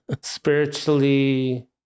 Spiritually